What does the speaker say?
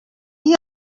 dia